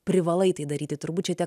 privalai tai daryti turbūt šitie